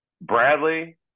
Bradley